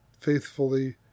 faithfully